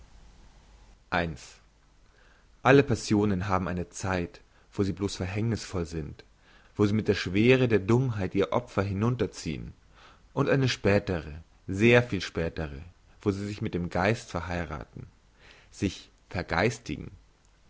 alle passionen haben eine zeit wo sie bloss verhängnissvoll sind wo sie mit der schwere der dummheit ihr opfer hinunterziehen und eine spätere sehr viel spätere wo sie sich mit dem geist verheirathen sich